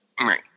Right